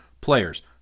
players